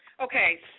Okay